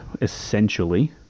essentially